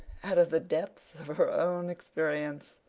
out of the depths of her own experience.